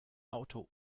auto